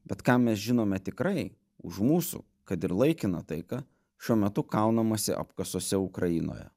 bet ką mes žinome tikrai už mūsų kad ir laikiną taiką šiuo metu kaunamasi apkasuose ukrainoje